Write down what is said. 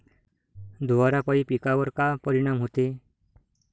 धुवारापाई पिकावर का परीनाम होते?